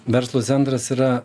verslo centras yra